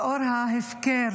לאור ההפקר